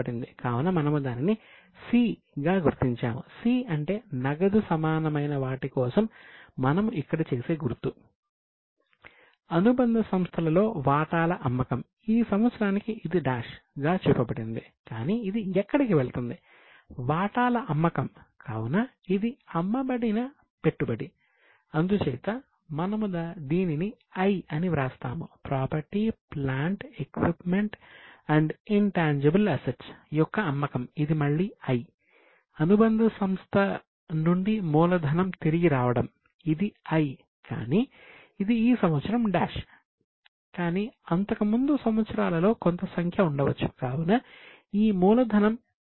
కావున మనము దానిని 'C' గా గుర్తించాము 'C' అంటే నగదు సమానమైన వాటి కోసం మనం ఇక్కడ చేసే గుర్తు